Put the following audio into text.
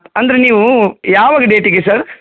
ಅಂದರೆ ನೀವು ಯಾವಾಗ ಡೇಟಿಗೆ ಸರ್